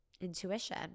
Intuition